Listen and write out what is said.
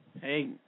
Hey